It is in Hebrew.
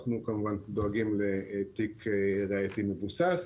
אנחנו כמובן דואגים לתיק ראייתי מבוסס.